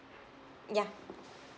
ya